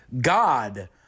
God